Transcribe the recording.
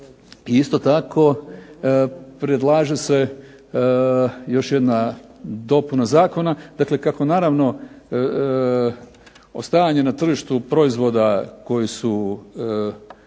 Isto tako predlaže se još jedna dopuna zakona, dakle kako naravno ostajanje na tržištu proizvoda koji su,